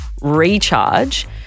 recharge